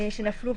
שנפלו.